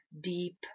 deep